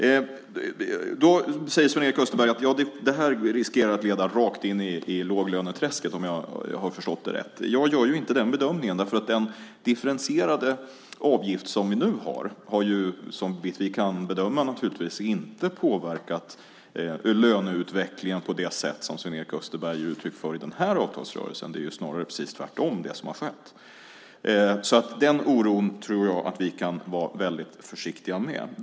Sven-Erik Österberg säger att det här riskerar att leda rakt in i låglöneträsket, om jag har förstått dig rätt. Jag gör inte den bedömningen. Den differentierade avgift som vi har nu har ju, såvitt vi kan bedöma, inte påverkat löneutvecklingen i den här avtalsrörelsen på det sätt som Sven-Erik Österberg ger uttryck för. Det är snarare precis tvärtom, det som har skett. Så jag tror att vi kan vara väldigt försiktiga med den oron.